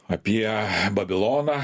apie babiloną